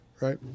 right